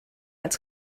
als